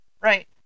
Right